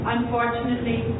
Unfortunately